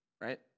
Right